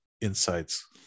insights